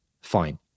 fine